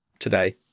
Today